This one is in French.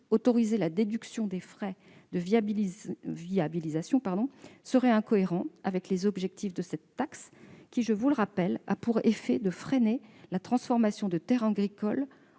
autoriser la déduction des frais de viabilisation serait incohérent avec les objectifs de cette taxe, qui, je vous le rappelle, a pour effet de freiner la transformation de terres agricoles